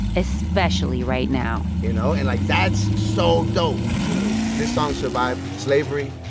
especially right now you know? and like, that's so dope to me. this song survived slavery,